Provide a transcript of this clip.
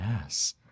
Yes